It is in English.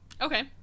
Okay